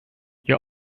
your